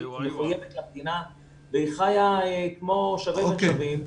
היא מחויבת למדינה והיא חיה כמו שווה בין שווים.